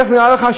איך נראה לך?